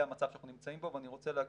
המצב שאנחנו נמצאים בו ואני רוצה להגיד,